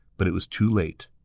but it was too late.